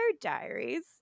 Diaries